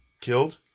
killed